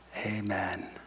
Amen